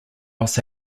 los